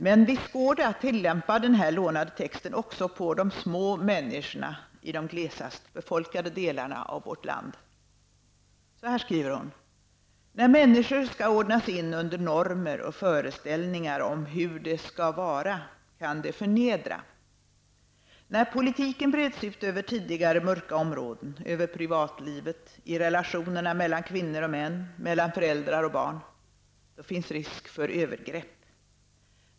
Men visst går det att tillämpa den här lånade texten också på de små människorna i de glesast befolkade delarna av vårt land. Yvonne Hirdman skriver följande: ''När människor skall ordnas in under normer och föreställningar om 'hur det skall vara' kan det förnedra. När politiken breds ut över tidigare mörka områden -- över privatlivet, i relationerna mellan kvinnor och män, mellan föräldrar och barn, finns det risk för övergrepp.